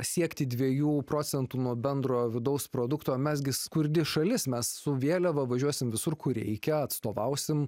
siekti dviejų procentų nuo bendrojo vidaus produkto mezgi skurdi šalis mes su vėliava važiuosim visur kur reikia atstovausim